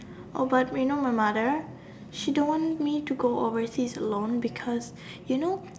oh but you know my mother she don't want me to go overseas alone because you know